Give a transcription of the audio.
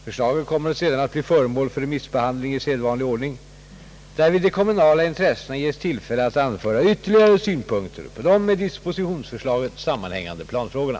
Förslaget kommer sedan att bli föremål för remissbehandling i sedvanlig ordning, därvid de kommunala intressena ges tillfälle att anföra ytterligare synpunkter på de med dispositionsförslaget sammanhängande planfrågorna.